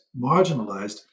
marginalized